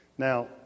Now